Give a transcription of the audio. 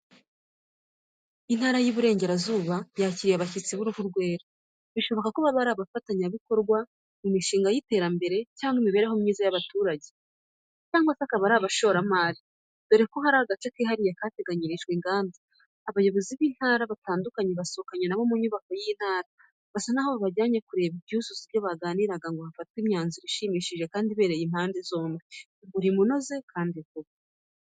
Intara y'Iburasirazuba yakiriye abashyitsi b'uruhu rwera. Bishoboka ko baba ari abafatanyabikorwa mu mishinga y'iterambere cyangwa imibereho myiza y'abaturage, cyangwa se akaba ari abashoramari dore ko i Rwamagana hari agace kihariye kateganyirijwe inganda. Abayobozi b'intara n'abakozi batandukanye basohokanye na bo mu nyubako y'Intara, basa n'aho bajyanye kureba ibyuzuza ibyo baganiraga ngo hafatwe imyanzuro ishimishije kandi ibereye impande zombi. Umurimo unoze kandi vuba.